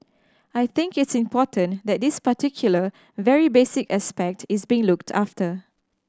I think it's important that this particular very basic aspect is being looked after